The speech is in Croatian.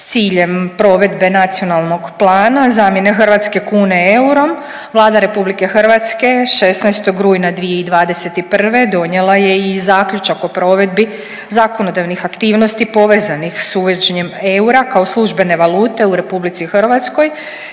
S ciljem provedbe Nacionalnog plana zamjene hrvatske kune eurom, Vlada RH 16. rujna 2021. donijela je i Zaključak o provedbi zakonodavnih aktivnosti povezanih s uvođenjem eura kao službene valute u RH kojim